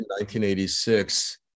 1986